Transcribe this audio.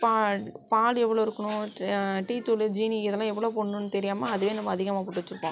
பால் பால் எவ்வளோ இருக்கணும் டீத்தூளு ஜீனி இதெல்லாம் எவ்வளோ போடணும்னு தெரியாமல் அதுவே நம்ப அதிகமாக போட்டு வச்சுருப்போம்